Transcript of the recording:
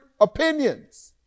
opinions